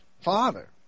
father